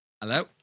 Hello